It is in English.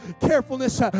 carefulness